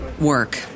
Work